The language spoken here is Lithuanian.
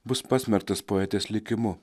bus pasmerktas poetės likimu